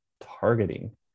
targeting